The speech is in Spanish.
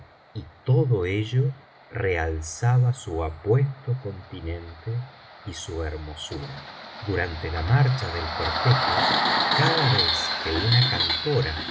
y todo ello realzaba su apuesto continente y su hermosura durante la marcha del cortejo cada vez que una cantora